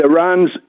Iran's